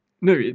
No